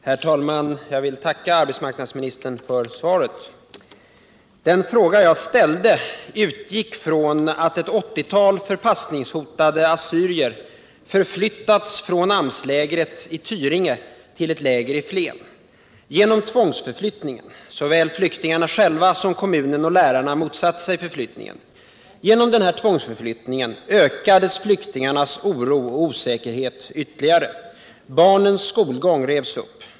Herr talman! Jag vill tacka arbetsmarknadsministern för svaret. Den fråga jag ställde utgick från att ett 80-tal förpassningshotade assyrier förflyttats från AMS-lägret i Tyringe till ett läger i Flen. Genom tvångsförflyttningen — såväl flyktingarna själva som kommunen och lärarna motsatte sig förflyttningen — ökades flyktingarnas oro och osäkerhet ytterligare. Barnens skolgång revs upp.